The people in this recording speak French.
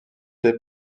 des